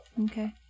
Okay